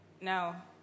Now